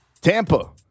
Tampa